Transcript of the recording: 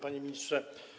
Panie Ministrze!